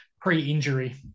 pre-injury